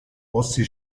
osi